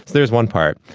there's one part.